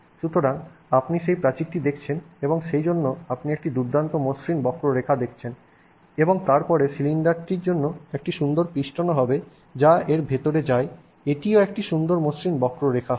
সুতরাং আপনি সেই প্রাচীরটি দেখছেন এবং সেইজন্য আপনি একটি দুর্দান্ত মসৃণ বক্ররেখা দেখছেন এবং তারপরে সিলিন্ডারটির জন্যএকটি সুন্দর পিস্টনও হবে যা এর ভিতরে যায় এটিও একটি সুন্দর মসৃণ বক্ররেখা হবে